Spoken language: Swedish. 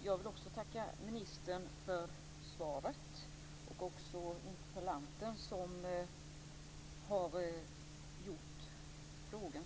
Fru talman! Jag vill tacka ministern för svaret. Jag vill också tacka interpellanten, som har ställt frågan.